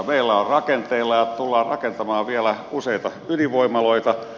meillä on rakenteilla ja tullaan rakentamaan vielä useita ydinvoimaloita